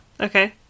Okay